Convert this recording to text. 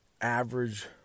average